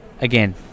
Again